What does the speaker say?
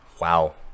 Wow